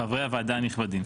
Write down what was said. חברי הוועדה הנכבדים,